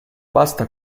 basta